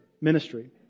ministry